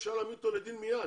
אפשר להעמיד אותו לדין מיד